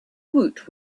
woot